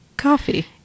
coffee